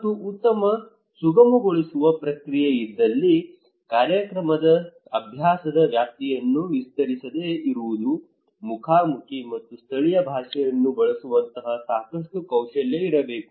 ಮತ್ತು ಉತ್ತಮ ಸುಗಮಗೊಳಿಸುವ ಪ್ರಕ್ರಿಯೆ ಇಲ್ಲಿದೆ ಕಾರ್ಯಕ್ರಮದ ಅಭ್ಯಾಸದ ವ್ಯಾಪ್ತಿಯನ್ನು ವಿಸ್ತರಿಸದೆ ಇರುವುದು ಮುಖಾಮುಖಿ ಮತ್ತು ಸ್ಥಳೀಯ ಭಾಷೆಯನ್ನು ಬಳಸುವಂತಹ ಸಾಕಷ್ಟು ಕೌಶಲ್ಯ ಇರಬೇಕು